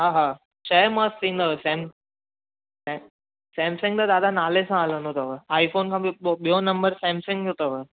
हा हा छह मां सिम सैम सैम सैमसंग त दादा नाले सां हलंदो अथव आई फ़ोन खां बि ॿियों नंबर सैमसंग जो अथव